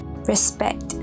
respect